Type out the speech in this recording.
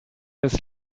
des